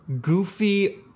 goofy